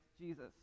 Jesus